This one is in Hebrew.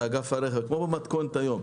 יהיה אגף הרכב כמו שזה קיים היום.